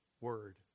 word